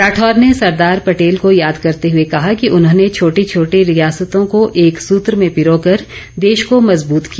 राठौर ने सरदार पटेल को याद करते हुए कहा कि उन्होंने छोटी छोटी रियासतों को एक सूत्र मेँ पिरोकर देश को मजबूत किया